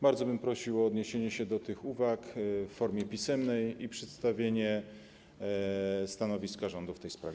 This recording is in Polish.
Bardzo prosiłbym o odniesienie się do tych uwag w formie pisemnej i przedstawienie stanowiska rządu w tej sprawie.